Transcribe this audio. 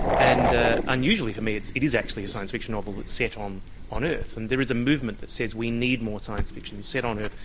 and ah unusually for me it is actually a science fiction novel, it's set on on earth. and there is a movement that says we need more science fiction and set on earth,